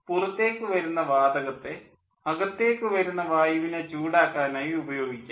പുറത്തേക്കു വരുന്ന വാതകത്തെ അകത്തേക്ക് വരുന്ന വായുവിനെ ചൂടാക്കാനായി ഉപയോഗിക്കാം